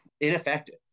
ineffective